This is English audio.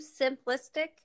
simplistic